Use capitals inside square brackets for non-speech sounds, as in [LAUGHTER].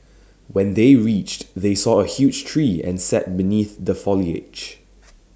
[NOISE] when they reached they saw A huge tree and sat beneath the foliage